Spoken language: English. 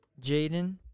Jaden